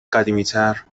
قدیمیتر